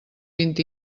vint